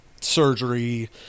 surgery